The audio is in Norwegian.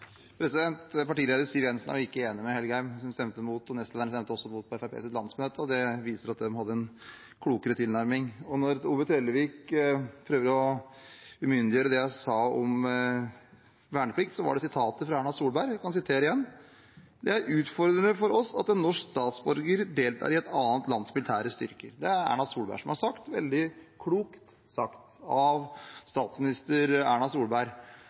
Partileder Siv Jensen er ikke enig med representanten Engen-Helgheim. Hun og nestlederne stemte imot dette på Fremskrittspartiets landsmøte, og det viser at de hadde en klokere tilnærming. Representanten Ove Trellevik prøvde å ugyldiggjøre det jeg sa om verneplikt, men det var sitater fra Erna Solberg. Jeg kan sitere igjen: «Det er utfordrende for oss at en norsk statsborger deltar i et annet lands militære styrker.» Det har Erna Solberg sagt, og det er veldig klokt sagt av statsminister Erna Solberg.